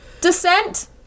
descent